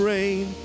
Rain